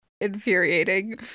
infuriating